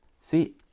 See